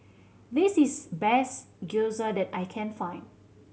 this is best Gyoza that I can find